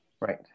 right